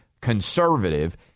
conservative